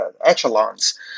echelons